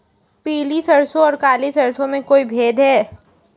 पीली सरसों और काली सरसों में कोई भेद है?